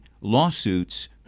lawsuits